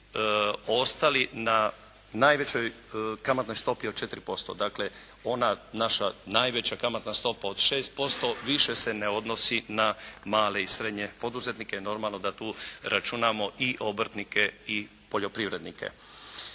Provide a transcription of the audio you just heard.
ostali na najvećoj kamatnoj stopi od 4%. Dakle ona naša najveća kamatna stopa od 6% više se ne odnosi na male i srednje poduzetnike, normalno da tu računamo i obrtnike i poljoprivrednike.